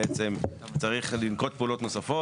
צריך לנקוט פעולות נוספות.